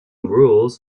rules